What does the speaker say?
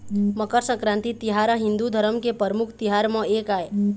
मकर संकरांति तिहार ह हिंदू धरम के परमुख तिहार म एक आय